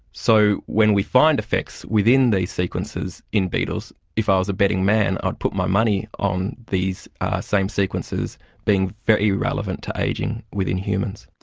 so when we find effects within these sequences in beetles, if i was a betting man, i'd put my money on these same sequences being very relevant to ageing within humans.